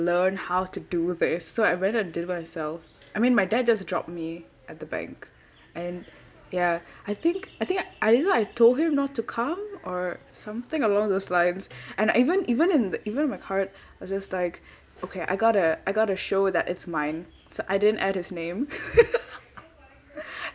learn how to do this so I went and did it myself I mean my dad just drop me at the bank and ya I think I think I I know I told him not to come or something along those lines and I even even in even in my heart I was just like okay I got to I got to show that it's mine so I didn't add his name